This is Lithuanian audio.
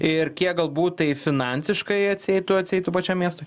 ir kiek galbūt tai finansiškai atsieitų atsieitų pačiam miestui